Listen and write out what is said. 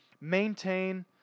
maintain